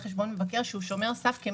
(דוחות תקופתיים ומידיים) (תיקון) התשפב 2021. מי